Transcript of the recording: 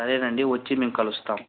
అదేనండి వచ్చి మేం కలుస్తాం